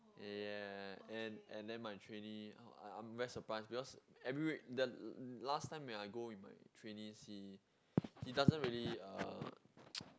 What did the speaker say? yeah and and then my trainee I I'm very surprised because every week the last time when I go with my trainee see he doesn't really uh